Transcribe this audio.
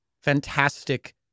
fantastic